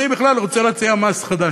אני בכלל רוצה להציע מס חדש,